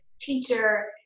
teacher